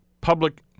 public